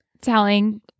telling